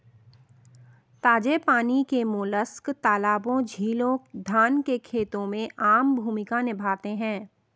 ताजे पानी के मोलस्क तालाबों, झीलों, धान के खेतों में आम भूमिका निभाते हैं